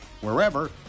wherever